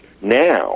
now